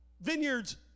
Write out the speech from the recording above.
vineyards